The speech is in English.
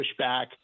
pushback